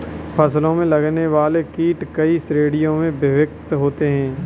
फसलों में लगने वाले कीट कई श्रेणियों में विभक्त होते हैं